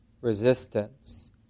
resistance